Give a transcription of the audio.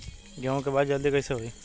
गेहूँ के बाल जल्दी कईसे होई?